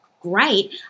great